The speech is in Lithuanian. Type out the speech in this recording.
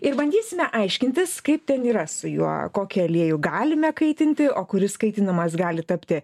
ir bandysime aiškintis kaip ten yra su juo kokį aliejų galime kaitinti o kuris kaitinamas gali tapti